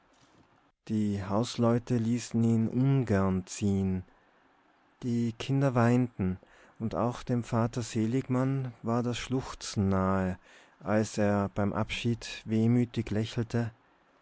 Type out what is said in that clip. die hausleute ließen ihn ungern ziehen die kinder weinten und auch dem vater seligmann war das schluchzen nahe als er beim abschied wehmütig lächelte